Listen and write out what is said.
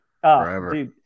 Forever